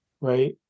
Right